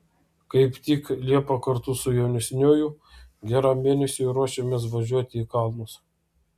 kaip tik liepą kartu su jaunesniuoju geram mėnesiui ruošiamės važiuoti į kalnus